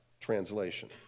translation